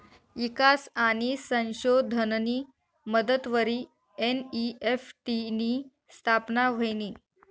ईकास आणि संशोधननी मदतवरी एन.ई.एफ.टी नी स्थापना व्हयनी